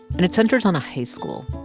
and it centers on a high school.